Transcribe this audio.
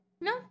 No